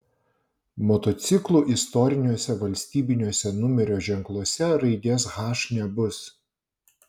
motociklų istoriniuose valstybiniuose numerio ženkluose raidės h nebus